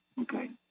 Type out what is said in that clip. Okay